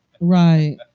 Right